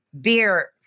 beer